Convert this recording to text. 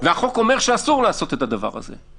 והחוק אומר שאסור לעשות את הדבר הזה,